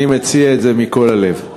אני מציע את זה מכל הלב.